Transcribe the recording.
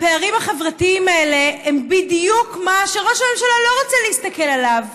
הפערים החברתיים האלה הם בדיוק מה שראש הממשלה לא רוצה להסתכל עליו,